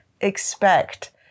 expect